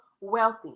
wealthy